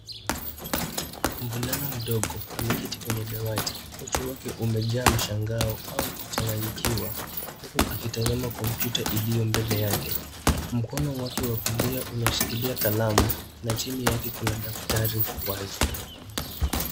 Mvulana mdogo, ameketi kwenye dawati, uso wake umejaa mshangao au kuchanganyikiwa, uku akitazama computer iliyo mbele yake. Mkono wake wakuliya inashikilia kalamu na chini yake kuna daftari wazi.